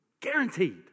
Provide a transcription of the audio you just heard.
Guaranteed